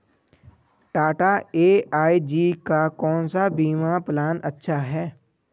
Tata AIG का कौन सा बीमा प्लान अच्छा है?